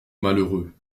malheureux